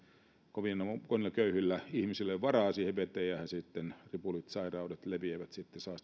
kovin monilla köyhillä ihmisillä ei ole varaa veteen ja sitten ripulit sairaudet leviävät